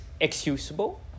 excusable